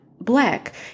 black